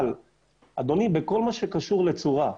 אבל אדוני, בכל מה שקשור לצורה,